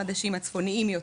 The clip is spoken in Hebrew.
החדשים, הצפוניים יותר.